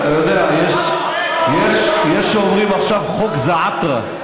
אתה יודע, יש שאומרים עכשיו חוק זעאתרה.